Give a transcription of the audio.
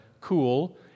cool